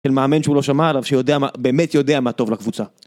של מאמן שהוא לא שמע עליו, שבאמת יודע מה טוב לקבוצה